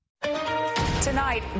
Tonight